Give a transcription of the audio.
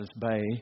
Bay